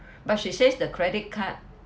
but she says the credit card